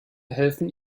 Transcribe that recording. helfen